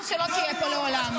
או שלא תהיה פה לעולם?